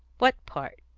what part?